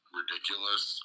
ridiculous